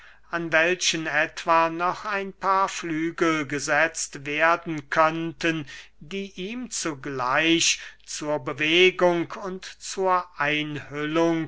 an welchen etwa noch ein paar flügel gesetzt werden könnten die ihm zugleich zur bewegung und zur einhüllung